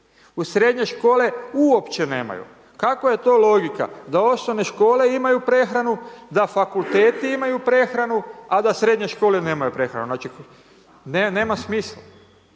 u srednje škole, uopće nemaju. Kako je to logika, da osnovne škole imaju prehranu, da fakulteti imaju prehranu, a da srednje škole nemaju prehranu, znači, nema smisla.